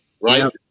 right